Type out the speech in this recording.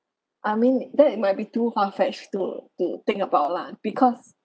I mean that might be too far fetched to to think about lah because